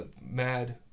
mad